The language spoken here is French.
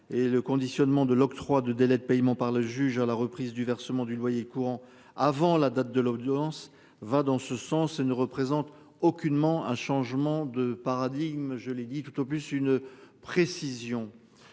le conditionnement de l'octroi de délais de paiement par le juge à la reprise du versement du loyer courant avant la date de l'audience va dans ce sens ne représente aucunement un changement de paradigme. Je l'ai dit tout au plus une précision.